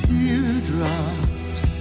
Teardrops